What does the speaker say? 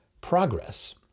progress